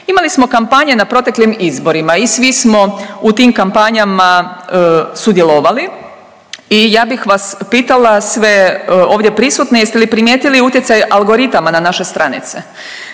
Imali smo kampanje na proteklim izborima i svi smo u tim kampanjama sudjelovali. I ja bih vas pitala sve ovdje prisutne jeste li primijetili utjecaj algoritama na naše stranice.